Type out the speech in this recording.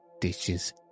dishes